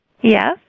Yes